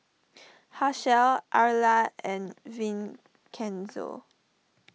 Hershell Arla and Vincenzo